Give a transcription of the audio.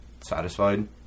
satisfied